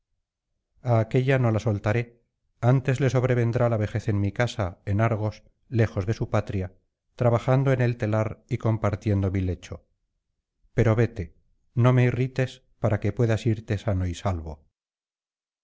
aquélla no la soltaré antes le sobrevendrá la vejez en mi casa en argos lejos de su patria trabajando en el telar y compartiendo mi lecho pero vete no me irrites para que puedas irte sano y salvo